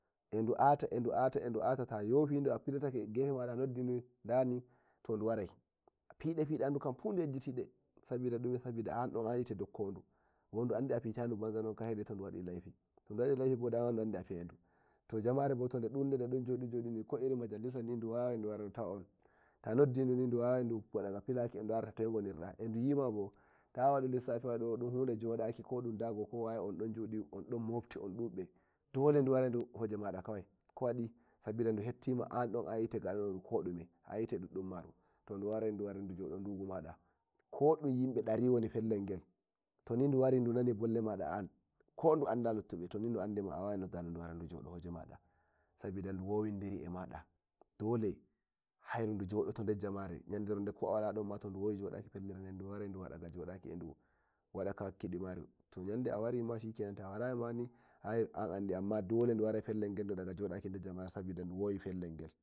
Edu ata edu ata adu ata tayofiduni a fillitake gefe maɗani tanoddi duni to du warai fida ndu ni nunifu au yegitai sabida dume sabida anwite ndokko wodu bodu andu a fitanu banza no saida to alu wadu laifi to du wadi laifi boni dama da andi a fiyaydu jamare bo tode dudduni to de donjodi jodinini majalisa ni duwawai duwara dutawa on ta noddi nuni duwawai du wadaga filakin eh dunara ta toye ngodirda ehduyima mabo tawadu lissafi do dun hunde jodaki ko dan dago ka dun waye waye undon jodi an dubbe doleduwarai hoje mada kawai kowadi sabida ndu heptima an ado du jodo nduguma ko du yimbe dari woni eh pellel gel toni duuwari dunani bolle mada an kodume ande luttube du warai du jodo hoje mada sabida duwari hoje mada hairu du wawi jodaki der yim be yandere wonde ko a wadon ni ta du wowi jodaki felle vendi eduwa daga wakki dumaru tawarima shikenata warayi ma ni an andi amma hairu dole du wadai ga warki der jamare sabida du wowi pellel gel.